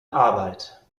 arbeit